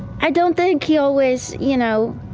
i don't think he always, you know.